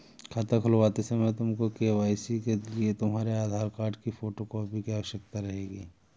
खाता खुलवाते समय तुमको के.वाई.सी के लिए तुम्हारे आधार कार्ड की फोटो कॉपी की आवश्यकता रहेगी